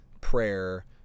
Prayer